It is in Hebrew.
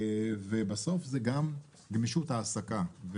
בסוף זה גם גמישות העסקה.